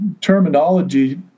terminology